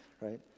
right